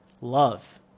love